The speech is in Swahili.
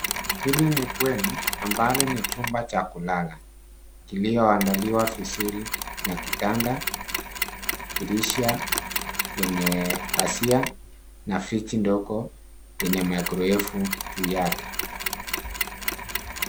Hili ni bweni ambalo ni chumba cha kulala kiliyoandaliwa vizuri na kitanda, dirisha lenye pazia na friji ndogo yenye mikrowevu juu yake.